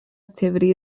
activity